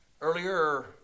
earlier